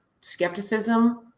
skepticism